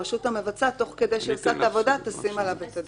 הרשות המבצעת תוך כדי שהיא עושה את העבודה תשים עליו את הדגש.